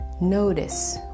notice